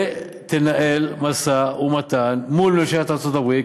ותנהל משא-ומתן מול ממשלת ארצות-הברית,